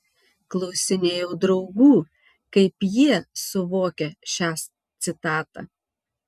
klausinėjau draugų kaip jie suvokia šią citatą